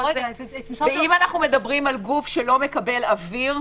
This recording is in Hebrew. אם אנו מדברים על גוף שלא מקבל אוויר,